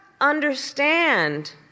understand